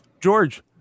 george